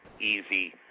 easy